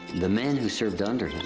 the men who served under him,